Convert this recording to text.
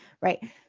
Right